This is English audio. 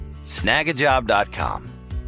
Snagajob.com